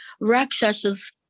rakshasas